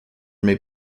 may